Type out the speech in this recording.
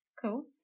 Cool